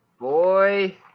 Boy